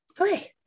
Okay